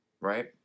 right